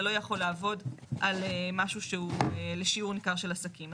זה לא יכול לעבוד על משהו שהוא לשיעור ניכר של עסקים.